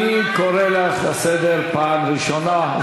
אני קורא אותך לסדר פעם ראשונה.